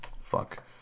Fuck